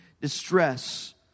distress